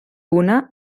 una